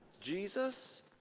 Jesus